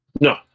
No